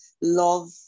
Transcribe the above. love